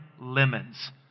lemons